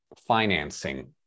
financing